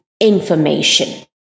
information